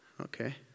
Okay